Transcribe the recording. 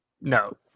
no